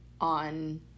on